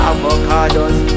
Avocados